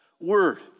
word